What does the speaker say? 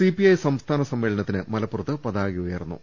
CPI സംസ്ഥാന സമ്മേളനത്തിന് മലപ്പുറത്ത് പതാക ഉയർന്നു